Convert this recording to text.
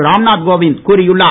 ராம்நாத் கோவிந்த் கூறியுள்ளார்